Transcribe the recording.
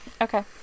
Okay